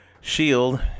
shield